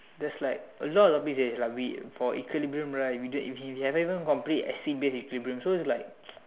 there's like a lot of rubbish eh like we for equilibrium right we don't haven't even complete acid base equilibrium so it's like